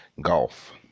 golf